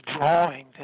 drawing